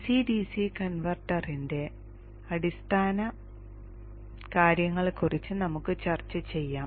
DC DC കൺവെർട്ടറിന്റെ അടിസ്ഥാനകാര്യങ്ങളെക്കുറിച്ച് നമുക്ക് ചർച്ച ചെയ്യാം